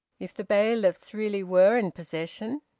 if the bailiffs really were in possession!